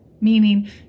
Meaning